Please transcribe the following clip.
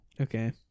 okay